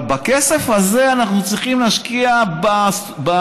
אבל בכסף הזה אנחנו צריכים להשקיע במרצים,